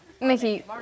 Mickey